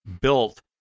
built